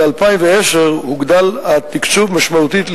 ב-2010 הוגדל התקציב משמעותית,